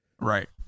Right